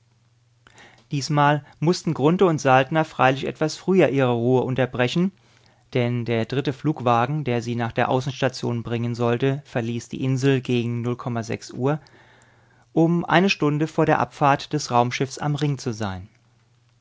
diesmal mußten grunthe und saltner freilich etwas früher ihre ruhe unterbrechen denn der dritte flugwagen der sie nach der außenstation bringen sollte verließ die insel gegen uhr um eine stunde vor der abfahrt des raumschiffes am ring zu sein